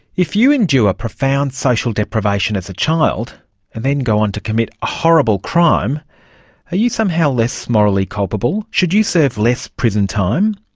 if you and endure ah profound social deprivation as a child and then go on to commit a horrible crime, are you somehow less morally culpable? should you serve less prison time?